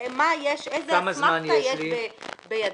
מה יש, איזו אסמכתה יש בידו.